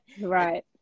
Right